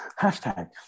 Hashtag